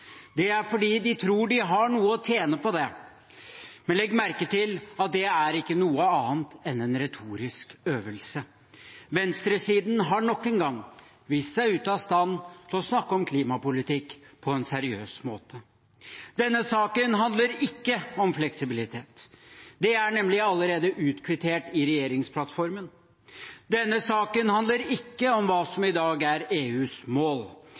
Det er fordi de tror de har noe å tjene på det, men legg merke til at det ikke er noe annet enn en retorisk øvelse. Venstresiden har nok en gang vist seg ute av stand til å snakke om klimapolitikk på en seriøs måte. Denne saken handler ikke om fleksibilitet. Det er nemlig allerede utkvittert i regjeringsplattformen. Denne saken handler ikke om hva som i dag er EUs mål,